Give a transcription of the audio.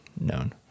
known